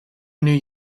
new